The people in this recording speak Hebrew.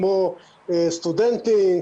כמו סטודנטים,